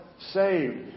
Saved